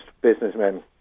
businessmen